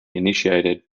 initiated